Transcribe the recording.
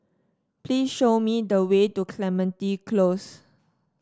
please show me the way to Clementi Close